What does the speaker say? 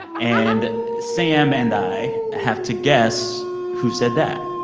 and sam and i have to guess who said that.